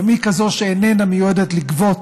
גם היא כזו שאיננה מיועדת לגבות